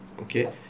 Okay